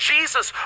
Jesus